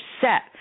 set